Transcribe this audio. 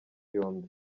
yombi